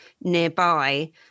nearby